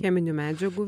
cheminių medžiagų